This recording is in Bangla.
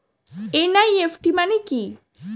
এন.ই.এফ.টি মানে কি?